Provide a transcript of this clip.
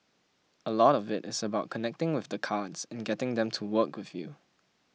a lot of it is about connecting with the cards and getting them to work with you